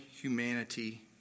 humanity